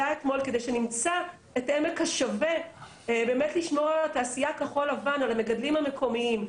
שנמצא את עמק השווה לשמור על התעשייה כחול לבן ועל המגדלים המקומיים,